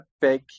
big